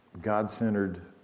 God-centered